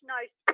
nice